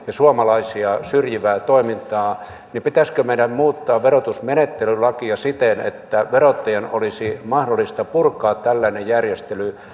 ja suomalaisia syrjivää toimintaa niin pitäisikö meidän muuttaa verotusmenettelylakia siten että verottajan olisi mahdollista purkaa tällainen järjestely